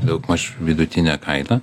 daugmaž vidutinę kainą